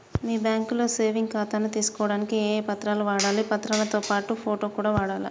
మీ బ్యాంకులో సేవింగ్ ఖాతాను తీసుకోవడానికి ఏ ఏ పత్రాలు కావాలి పత్రాలతో పాటు ఫోటో కూడా కావాలా?